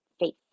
faith